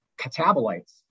catabolites